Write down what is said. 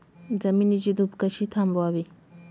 जमिनीची धूप कशी थांबवावी?